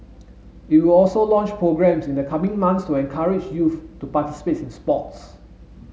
it will also launch programmes in the coming months to encourage youth to participates in sports